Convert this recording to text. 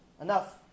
enough